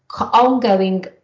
ongoing